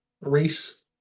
race